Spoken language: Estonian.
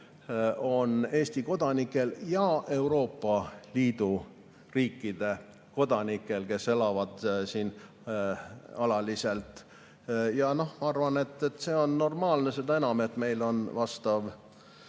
on Eesti kodanikel ja Euroopa Liidu riikide kodanikel, kes elavad siin alaliselt. Ma arvan, et see on normaalne, seda enam, et meil on vastav